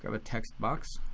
a text box.